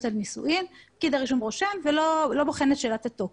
על נישואים פקיד הרישום רושם ולא בוחן את שאלת התוקף.